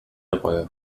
reue